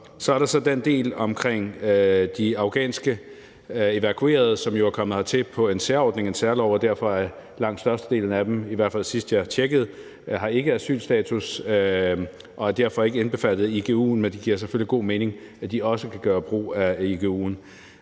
Så er der den del omkring de afghanske evakuerede, som jo er kommet hertil på en særordning, en særlov, og derfor har langt størstedelen af dem, i hvert fald sidst jeg tjekkede, ikke asylstatus og er derfor ikke indbefattet af igu'en, men det giver selvfølgelig god mening, at de også kan gøre brug af igu'en.